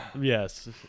Yes